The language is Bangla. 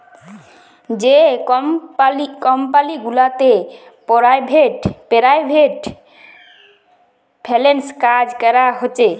যে কমপালি গুলাতে পেরাইভেট ফিল্যাল্স কাজ ক্যরা হছে